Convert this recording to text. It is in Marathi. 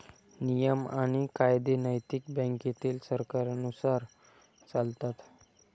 नियम आणि कायदे नैतिक बँकेतील सरकारांनुसार चालतात